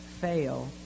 fail